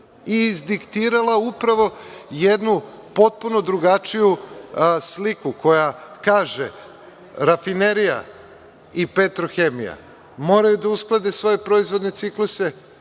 i izdiktirala, upravo, jednu potpuno drugačiju sliku, koja kaže, „Rafinerija“ i „Petrohemija“ moraju da usklade svoje proizvodne cikluse,